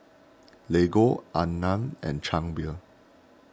Lego Anmum and Chang Beer